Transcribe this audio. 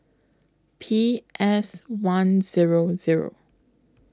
P S one Zero Zero